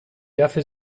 dafür